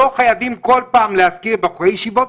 לא חייבים כל פעם להזכיר בחורי ישיבות,